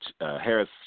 Harris